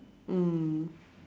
mm